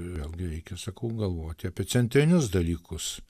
vėlgi reikia sakau galvoti apie centrinius dalykus